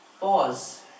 pause